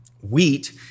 wheat